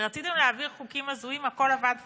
כשרציתם להעביר חוקים הזויים, הכול עבד פיקס,